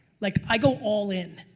like i go all in,